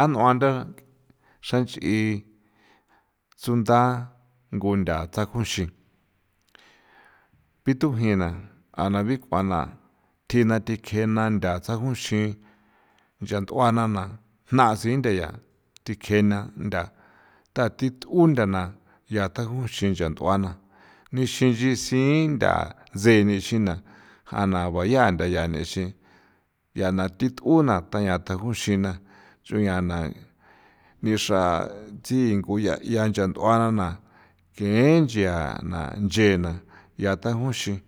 A nua tha xran ch'i suntha nguntha tsajun xi bithu jina a na bik'uana thjina thikjena ntha tsajun xi ncha nt'uana na jna sintha ya thikjena ntha nga dikje na ntha thi thu dana ntha ncha tjaguxi nchao'na ju'an nchixin ntha tjse ni xi na jana baya na ixin nga na ithu kuna jaña tjajun xina xruin yana nixra tsingo ya the ncha nt'ua na na, na the nga thena dajunxi